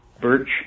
birch